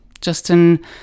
Justin